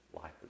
life